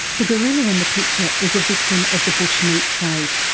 the gorilla in the picture is a victim of the bush meat trade.